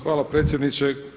Hvala predsjedniče.